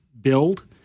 build